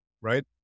right